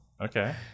Okay